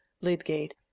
Lydgate